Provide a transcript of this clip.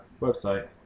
website